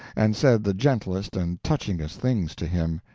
and said the gentlest and touchingest things to him,